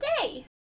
today